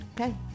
Okay